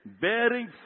bearing